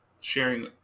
sharing